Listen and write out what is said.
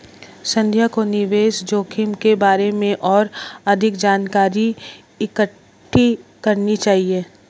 संध्या को निवेश जोखिम के बारे में और अधिक जानकारी इकट्ठी करनी चाहिए